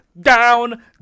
down